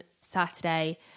Saturday